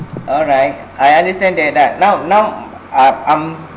alright I understand there that now now I'm